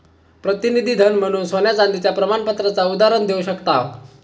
प्रतिनिधी धन म्हणून सोन्या चांदीच्या प्रमाणपत्राचा उदाहरण देव शकताव